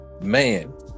man